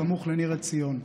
סמוך לניר עציון.